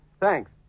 Thanks